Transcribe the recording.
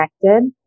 connected